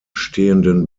stehenden